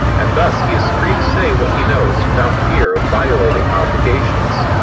and thus he is free to say what he knows without fear of violating obligations,